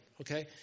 Okay